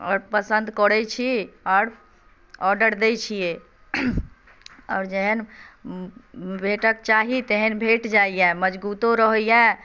आओर पसन्द करैत छी आओर ऑर्डर दैत छियै आओर जेहन वेटक चाही तेहन भेट जाइए मजबूतो रहैए